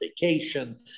vacation